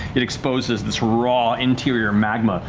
it exposes this raw interior magma.